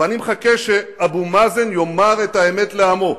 ואני מחכה שאבו מאזן יאמר את האמת לעמו.